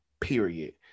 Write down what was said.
period